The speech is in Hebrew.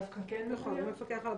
דווקא כן יכול להיות.